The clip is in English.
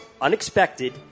unexpected